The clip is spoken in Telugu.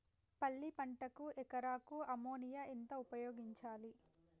పల్లి పంటకు ఎకరాకు అమోనియా ఎంత ఉపయోగించాలి?